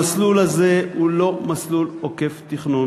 המסלול הזה הוא לא מסלול עוקף-תכנון.